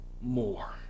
more